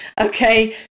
okay